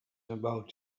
about